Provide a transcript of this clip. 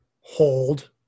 hold